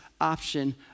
option